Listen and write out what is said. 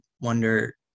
wonder